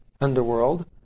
underworld